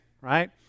right